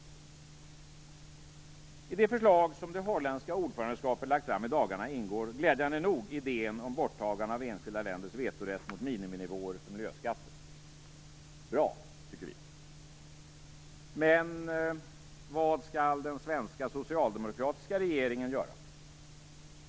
I det förslag som det holländska ordförandeskapet lagt fram i dagarna ingår glädjande nog idén om borttagande av enskilda länders vetorätt mot miniminivåer för miljöskatter. Det är bra, tycker vi. Men vad skall den svenska socialdemokratiska regeringen göra?